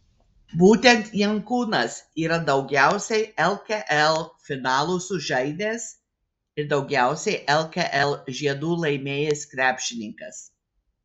būtent jankūnas yra daugiausiai lkl finalų sužaidęs ir daugiausiai lkl žiedų laimėjęs krepšininkas